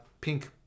pink